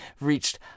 reached